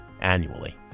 annually